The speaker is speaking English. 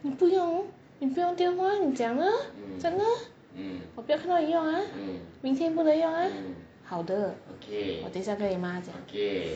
你不用你不用电话你讲啊真的我不要看到你用啊明天不能用啊好的我等一下跟你妈妈讲